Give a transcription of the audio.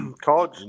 College